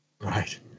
Right